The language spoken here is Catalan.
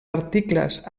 articles